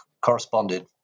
corresponded